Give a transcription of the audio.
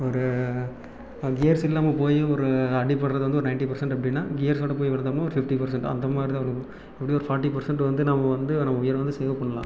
ஒரு கியர்ஸ் இல்லாமல் போய் ஒரு அடிப்படுகிறது வந்து ஒரு நயன்ட்டி பர்சன்ட் அப்படின்னா கியர்ஸோட போய் விழுந்தவங்கள் ஒரு ஃபிஃப்டி பர்சன்ட் அந்தமாதிரி தான் இருக்கும் எப்படியும் ஒரு ஃபார்ட்டி பர்சன்ட் வந்து நம்ம வந்து நம்ம உயிரை வந்து சேவ் பண்ணலாம்